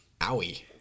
owie